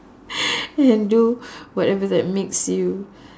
and do whatever that makes you